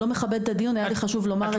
מכבד את הדיון והיה לי חשוב לומר את זה.